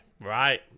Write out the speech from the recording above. Right